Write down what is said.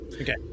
Okay